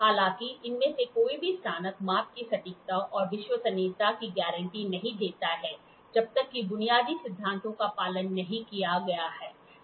हालांकि इनमें से कोई भी स्नातक माप की सटीकता और विश्वसनीयता की गारंटी नहीं देता है जब तक कि बुनियादी सिद्धांतों का पालन नहीं किया जाता है